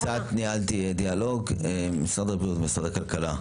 11:45) יצאתי וניהלתי דיאלוג עם משרד הבריאות ומשרד הכלכלה.